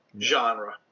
genre